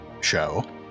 show